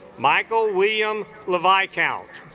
michael william levi count